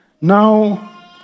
Now